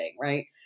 right